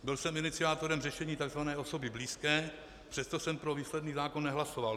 Byl jsem iniciátorem řešení takzvané osoby blízké, přesto jsem pro výsledný zákon nehlasoval.